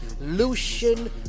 Lucian